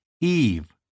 Eve